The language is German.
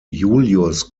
julius